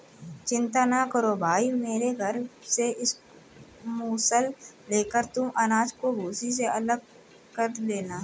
चिंता ना करो भाई मेरे घर से मूसल लेकर तुम अनाज को भूसी से अलग कर लेना